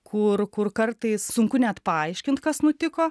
kur kur kartais sunku net paaiškint kas nutiko